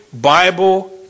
Bible